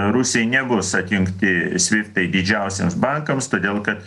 rusijai nebus atjungti sviftai didžiausiems bankams todėl kad